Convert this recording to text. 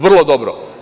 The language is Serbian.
Vrlo dobro.